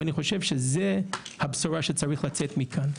ואני חושב שזו הבשורה שצריכה לצאת מכאן.